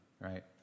right